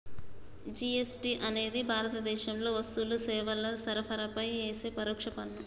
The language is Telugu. జీ.ఎస్.టి అనేది భారతదేశంలో వస్తువులు, సేవల సరఫరాపై యేసే పరోక్ష పన్ను